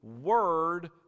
word